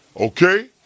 okay